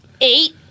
Eight